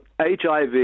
HIV